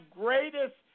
greatest